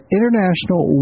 International